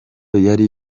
yari